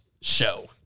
Show